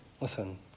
Listen